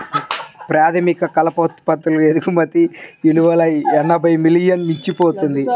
ప్రాథమిక కలప ఉత్పత్తుల ఎగుమతి విలువ ఎనభై మిలియన్లను మించిపోయింది